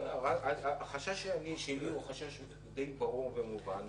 החשש שלי הוא חשש די ברור ומובן.